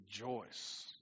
rejoice